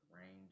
range